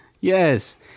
yes